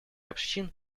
общин